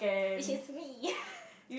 which is me